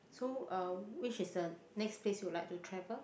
so um which is the next place you would like to travel